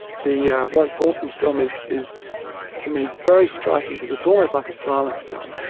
the warwick thornton film is is to me very striking, because it's almost like a silent film,